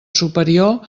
superior